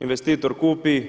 Investitor kupi,